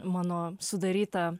mano sudarytą